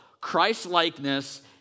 Christ-likeness